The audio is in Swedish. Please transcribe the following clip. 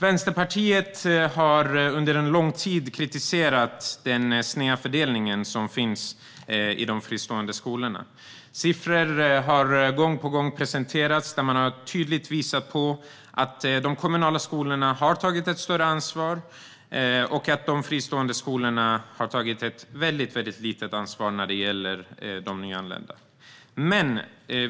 Vänsterpartiet har under lång tid kritiserat snedfördelningen i de fristående skolorna. Gång på gång har siffror presenterats som tydligt visar att de kommunala skolorna har tagit ett större ansvar och att de fristående skolorna har tagit ett väldigt litet ansvar när det gäller de nyanlända.